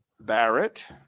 Barrett